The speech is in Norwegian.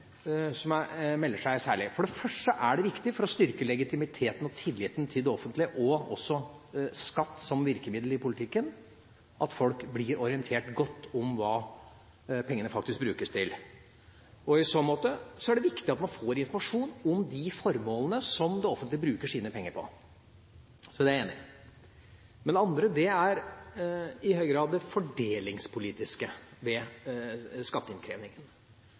som særlig melder seg. For det første er det viktig for å styrke legitimiteten og tilliten til det offentlige og til skatt som virkemiddel i politikken, at folk blir godt orientert om hva pengene faktisk brukes til. I så måte er det viktig at man får informasjon om de formålene som det offentlige bruker sine penger på. Det er det ene. Det andre er i høy grad det fordelingspolitiske ved skatteinnkrevingen.